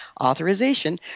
authorization